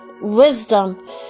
wisdom